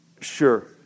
sure